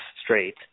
straight